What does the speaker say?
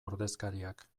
ordezkariak